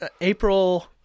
April